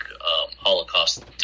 Holocaust